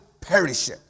perish